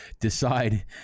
decide